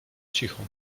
cicho